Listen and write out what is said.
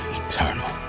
eternal